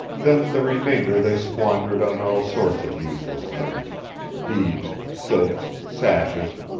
then the remainder they squandered on all sorts of useless things beads, silks, sashes,